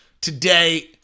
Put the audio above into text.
today